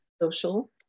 social